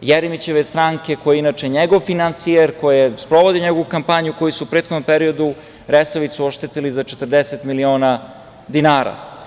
Jeremićeve stranke, koji je inače njegov finansijer, koji sprovodi njegovu kampanju, koji su u prethodnom periodu „Resavicu“ oštetili za 40 miliona dinara.